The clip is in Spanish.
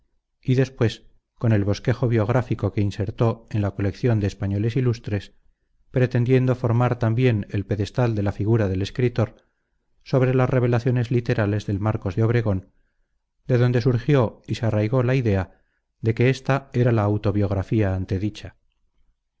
y después con el bosquejo biográfico que insertó en la colección de españoles ilustres pretendiendo formar también el pedestal de la figura del escritor sobre las revelaciones literales del marcos de obregón de donde surgió y se arraigó la idea de que esta era la auto biografía